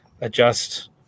adjust